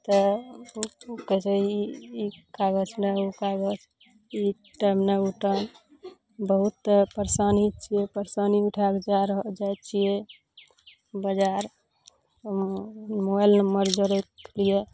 तऽ कहै छै ई ई कागज नहि ओ कागज ई टाइम नहि ओ टाइम बहुत परेशानी छियै परेशानी उठा कए जा रहल जाइ छियै बजार मोबाइल नम्बर जोड़ैक यए